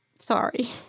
Sorry